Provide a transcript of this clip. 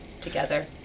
together